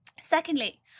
Secondly